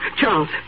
Charles